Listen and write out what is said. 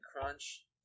crunch